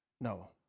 No